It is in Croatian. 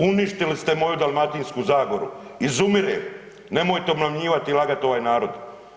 Uništili ste moju Dalmatinsku zagoru, izumire, nemojte obmanjivati i lagat ovaj narod.